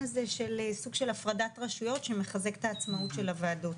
הזה של סוג של הפרדת רשויות שמחזק את העצמאות של הוועדות.